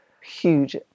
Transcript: huge